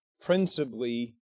principally